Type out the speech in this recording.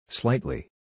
Slightly